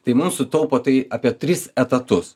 tai mums sutaupo tai apie tris etatus